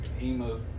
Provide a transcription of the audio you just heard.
emo